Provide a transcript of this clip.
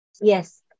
Yes